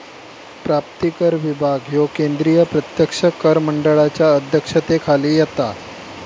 प्राप्तिकर विभाग ह्यो केंद्रीय प्रत्यक्ष कर मंडळाच्या अध्यक्षतेखाली येता